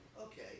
okay